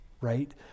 right